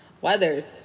Weathers